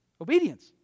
Obedience